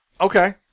Okay